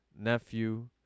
nephew